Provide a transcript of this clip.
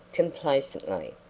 complacently.